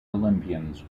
olympians